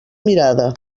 mirada